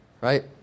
right